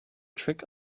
trick